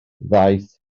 ddaeth